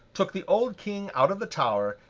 took the old king out of the tower,